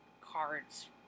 cards